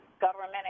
government